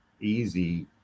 easy